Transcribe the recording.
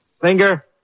Finger